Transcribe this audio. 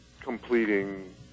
completing